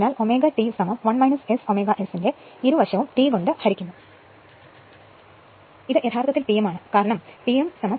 അതിനാൽ ω T 1 S ω S നെ ഇരുവശവും T കൊണ്ട് ഹരിക്കുന്നു ഇത് യഥാർത്ഥത്തിൽ Pm ആണ് കാരണം Pm ω T